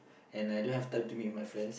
and I don't have time to meet my friends